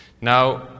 Now